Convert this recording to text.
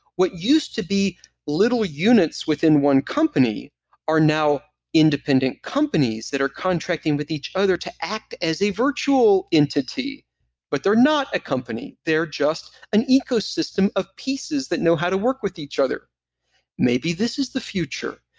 what used to be little units within one company are now independent companies that are contracting with each other to act as a virtual entity but they're not a company. they're just an ecosystem of pieces that know how to work with each other maybe this is the future,